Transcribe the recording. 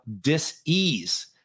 dis-ease